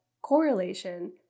correlation